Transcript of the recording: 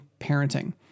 Parenting